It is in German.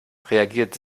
reagiert